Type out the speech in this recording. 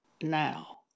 now